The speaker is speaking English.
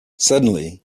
suddenly